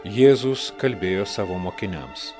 jėzus kalbėjo savo mokiniams